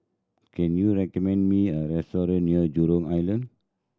can you recommend me a restaurant near Jurong Island